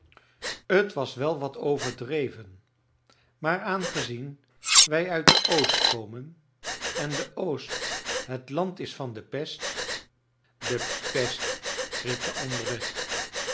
t was wel wat overdreven maar aangezien wij uit de oost komen en de oost het land is van de pest de pest riep de andere